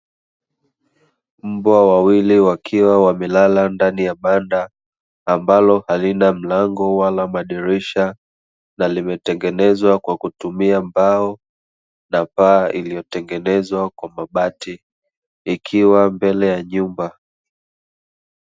Mbwa wawili wakiwa wamelala ndani ya banda ambalo halina mlango wala madirisha na limetengenezwa kwa kutumia mbao na paa iliyotengenezwa kwa mabati, ikiwa mbele ya nyumba.